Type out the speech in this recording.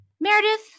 Meredith